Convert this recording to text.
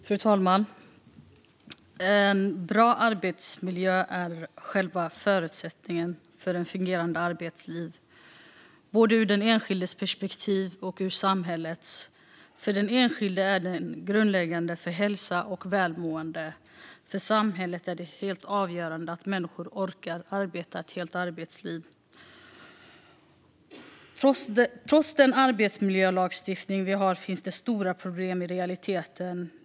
Fru talman! En bra arbetsmiljö är själva förutsättningen för ett fungerande arbetsliv, både ur den enskildes perspektiv och ur samhällets perspektiv. För den enskilde är den grundläggande för hälsa och välmående. För samhället är det helt avgörande att människor orkar arbeta ett helt arbetsliv. Trots den arbetsmiljölagstiftning vi har finns det stora problem i realiteten.